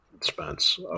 Spence